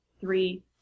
three